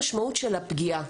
זאת המשמעות של הפגיעה.